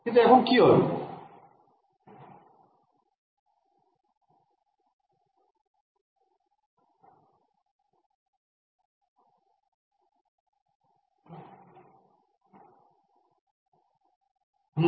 কিন্তু এখন কি হবে